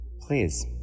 Please